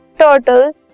turtles